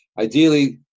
Ideally